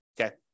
okay